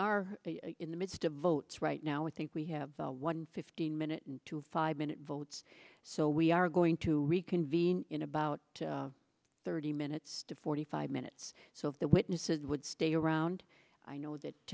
are in the midst of votes right now we think we have one fifteen minute to five minute votes so we are going to reconvene in about thirty minutes to forty five minutes so if the witnesses would stay around i know that